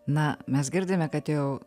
na mes girdime kad jau